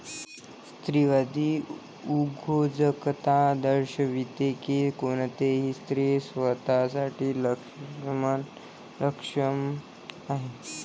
स्त्रीवादी उद्योजकता दर्शविते की कोणतीही स्त्री स्वतः साठी सक्षम आहे